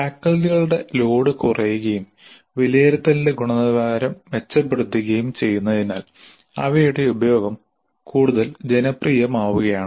ഫാക്കൽറ്റികളുടെ load കുറയുകയും വിലയിരുത്തലിന്റെ ഗുണനിലവാരം മെച്ചപ്പെടുത്തുകയും ചെയ്യുന്നതിനാൽ അവയുടെ ഉപയോഗം കൂടുതൽ ജനപ്രിയമാവുകയാണ്